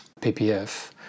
ppf